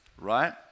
right